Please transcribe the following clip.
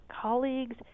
colleagues